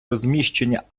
розміщення